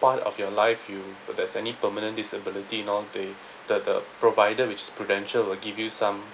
point of your life you there's any permanent disability and all they the the provider which is Prudential will give you some